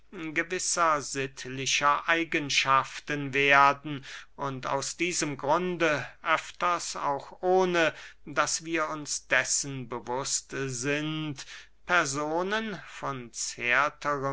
gewisser sittlicher eigenschaften werden und aus diesem grunde öfters auch ohne daß wir uns dessen bewußt sind personen von